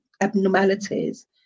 abnormalities